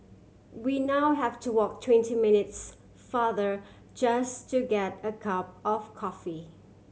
we now have to walk twenty minutes farther just to get a cup of coffee